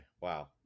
wow